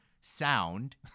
sound